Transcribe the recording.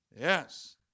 Yes